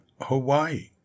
Hawaii